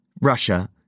Russia